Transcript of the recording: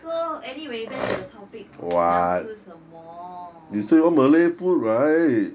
so anyway back to the topic 我么要吃什么